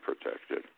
protected